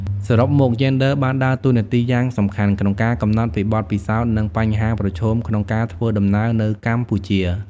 សរុបមក យេនដ័របានដើរតួនាទីយ៉ាងសំខាន់ក្នុងការកំណត់ពីបទពិសោធន៍និងបញ្ហាប្រឈមក្នុងការធ្វើដំណើរនៅកម្ពុជា។